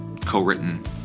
co-written